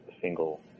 single